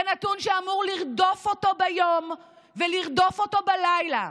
זה נתון שאמור לרדוף אותו ביום ולרדוף אותו בלילה,